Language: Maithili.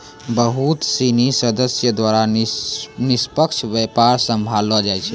बहुत सिनी सदस्य द्वारा निष्पक्ष व्यापार सम्भाललो जाय छै